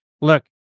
look